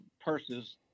purses